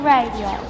Radio